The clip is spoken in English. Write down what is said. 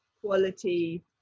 quality